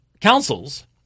councils